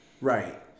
right